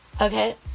Okay